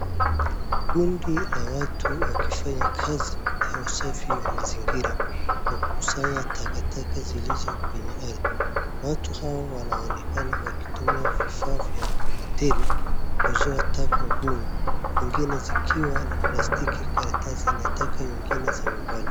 Kundi la watu wakifanya kazi ya usafi wa mazingira ya kukusanya takataka zilizo kwenye ardhi, watu hawa wanaonekana wakitumia vifaa vya mkokoteni kuzoa taka gumu, zingine zikiwa ni plastiki, karatasi na taka zingine za nyumbani.